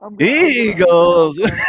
eagles